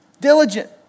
Diligent